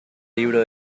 libro